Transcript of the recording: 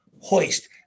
hoist